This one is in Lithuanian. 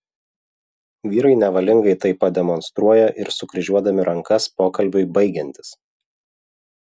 vyrai nevalingai tai pademonstruoja ir sukryžiuodami rankas pokalbiui baigiantis